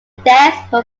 deaths